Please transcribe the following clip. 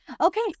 Okay